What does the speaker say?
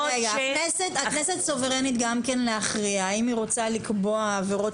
הכנסת סוברנית להכריע האם היא רוצה לקבוע עבירות